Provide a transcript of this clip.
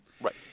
right